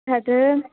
तद्